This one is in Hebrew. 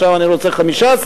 ועכשיו אני רוצה 15,000,